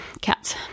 cats